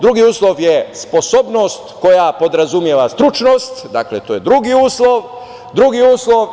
Drugi uslov je sposobnost koja podrazumeva stručnost, to je znači drugi uslov.